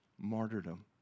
martyrdom